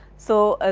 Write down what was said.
so, ah